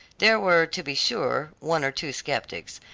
there were, to be sure, one or two sceptics,